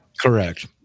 Correct